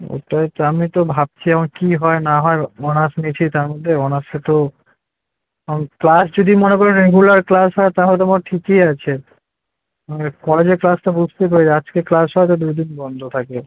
এটাই তো আমি তো ভাবছি আমার কী হয় না হয় অনার্স নিয়েছি তার মধ্যে অনার্সে তো আমি ক্লাস যদি মনে করেন রেগুলার ক্লাস হয় তাহলে বরং ঠিকই আছে হ্যাঁ কলেজের ক্লাসটা বুঝতে পেরেছি আজকে ক্লাস হবে দুই দিন বন্ধ থাকে